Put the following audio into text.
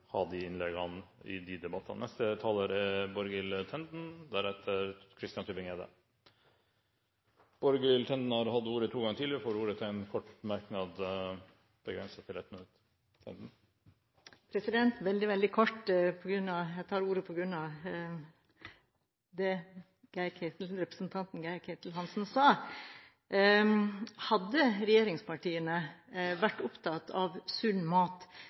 ha de innleggene i de debattene! Representanten Borghild Tenden har hatt ordet to ganger tidligere og får ordet til en kort merknad, begrenset til 1 minutt. Veldig, veldig kort: Jeg tar ordet på grunn av det representanten Geir-Ketil Hansen sa. Hadde regjeringspartiene vært opptatt av sunn mat